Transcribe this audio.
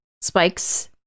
spikes